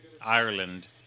Ireland